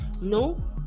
No